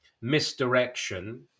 misdirection